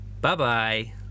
bye-bye